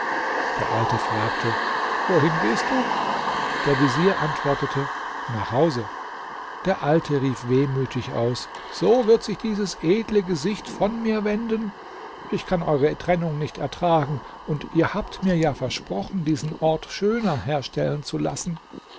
der alte fragte wohin gehst du der vezier antwortete nach hause der alte rief wehmütig aus so wird sich dieses edle gesicht von mir wenden ich kann eure trennung nicht ertragen und ihr habt mir ja versprochen diesen ort schöner herstellen zu lassen